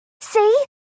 See